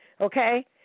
okay